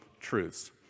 truths